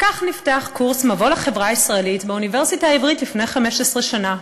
כך נפתח קורס מבוא לחברה הישראלית באוניברסיטה העברית לפני 15 שנה.